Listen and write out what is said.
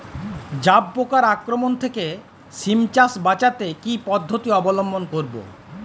জাব পোকার আক্রমণ থেকে সিম চাষ বাচাতে কি পদ্ধতি অবলম্বন করব?